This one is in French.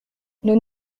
nous